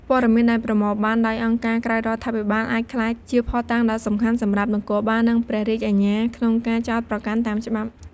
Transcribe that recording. ព័ត៌មានដែលប្រមូលបានដោយអង្គការក្រៅរដ្ឋាភិបាលអាចក្លាយជាភស្តុតាងដ៏សំខាន់សម្រាប់នគរបាល និងព្រះរាជអាជ្ញាក្នុងការចោទប្រកាន់តាមច្បាប់។